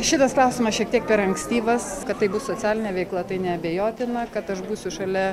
šitas klausimas šiek tiek per ankstyvas kad tai bus socialinė veikla tai neabejotina kad aš būsiu šalia